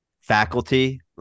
faculty